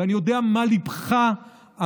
ואני יודע מה ליבך אמר.